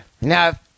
Now